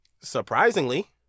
surprisingly